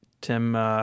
Tim